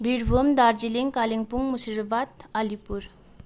Birbhum Darjeeling Kalimpong Murshidabad Alipur